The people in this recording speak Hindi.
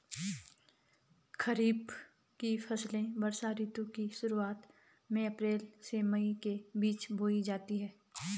खरीफ की फसलें वर्षा ऋतु की शुरुआत में, अप्रैल से मई के बीच बोई जाती हैं